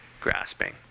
grasping